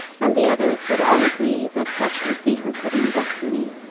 and the others would all agree that such would be her fitting destiny.